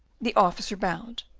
the officer bowed,